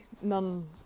none